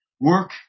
Work